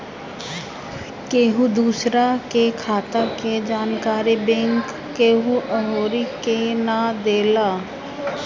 केहू दूसरा के खाता के जानकारी बैंक केहू अउरी के ना देला